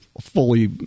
fully